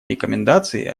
рекомендации